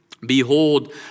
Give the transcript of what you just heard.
Behold